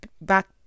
back